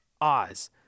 Oz